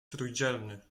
trójdzielny